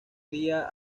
día